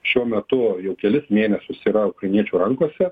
šiuo metu jau kelis mėnesius yra ukrainiečių rankose